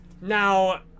Now